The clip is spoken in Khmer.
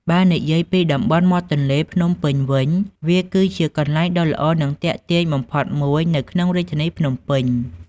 បើនិយាយពីតំបន់មាត់ទន្លេភ្នំពេញវិញ វាគឺជាកន្លែងដ៏ល្អ និងទាក់ទាញបំផុតមួយនៅក្នុងរាជធានីភ្នំពេញ។